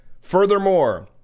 furthermore